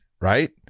right